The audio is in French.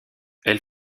elle